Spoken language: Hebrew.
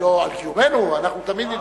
אנחנו כן, על קיומנו אנחנו תמיד,